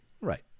Right